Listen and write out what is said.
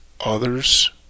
others